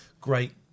great